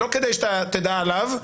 לא כדי שאתה תדע עליו,